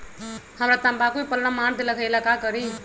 हमरा तंबाकू में पल्ला मार देलक ये ला का करी?